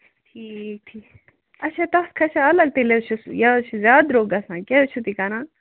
ٹھیٖک ٹھیٖک اَچھا تَتھ کھسیٛاہ اَلگ تیٚلہِ حظ چھُ یہِ حظ چھُ زیادٕ درٛۅگ گژھان کیٛاہ حظ چھِو تُہۍ کران